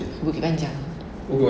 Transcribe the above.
bukit panjang